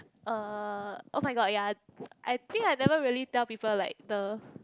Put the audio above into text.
uh oh-my-god ya I think I never really tell people like the